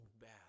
bad